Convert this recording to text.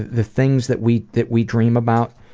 the things that we that we dream about,